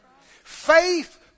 Faith